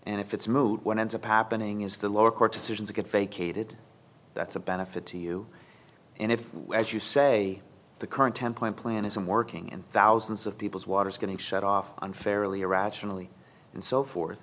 and if it's mowed what ends up happening is the lower court decisions get vacated that's a benefit to you and if as you say the current ten point plan isn't working and thousands of people's water is getting shut off unfairly irrationally and so forth